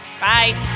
Bye